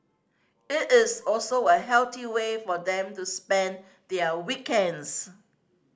it is also a healthy way for them to spend their weekends